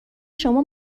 شما